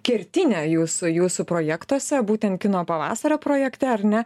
kertinė jūsų jūsų projektuose būtent kino pavasario projekte ar ne